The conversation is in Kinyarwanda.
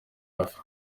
hafi